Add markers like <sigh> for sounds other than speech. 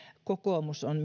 kokoomus on <unintelligible>